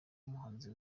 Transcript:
muhanzi